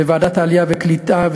בוועדת העלייה והקליטה,